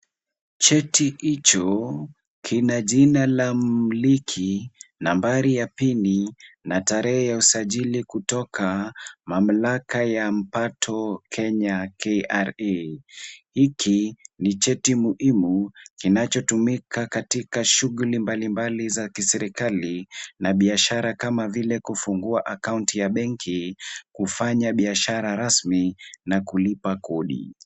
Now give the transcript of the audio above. Cheti hicho kina jina la mliki, nambari ya pini, na tarehe ya usajili kutoka Mamlaka ya Mapato Kenya KRA . Hiki ni cheti muhimu kinachotumika katika shughuli mbalimbali za kiserikali na biashara kama vile kufungua akaunti ya benki, kufanya biashara rasmi, na kulipa kodi.